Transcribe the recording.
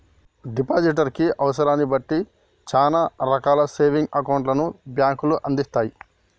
depositor కి అవసరాన్ని బట్టి చానా రకాల సేవింగ్స్ అకౌంట్లను బ్యేంకులు అందిత్తయ్